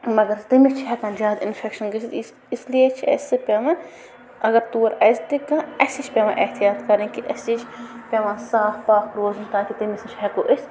مگر تٔمِس چھِ ہٮ۪کان زیادٕ اِنفٮ۪کشَن گٔژھِتھ اِس اِسلیے چھِ اَسہِ پٮ۪وان اَگر تور اَژِ تہِ کانٛہہ اَسی تہِ چھِ پٮ۪وان احتیاط کَرٕنۍ کہِ اَسے چھِ پٮ۪وان صاف پاک روزُن تاکہِ تٔمِس نِش ہٮ۪کو أسۍ